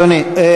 אדוני,